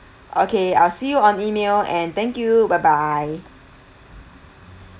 okay I'll see you on email and thank you bye bye